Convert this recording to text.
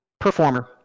performer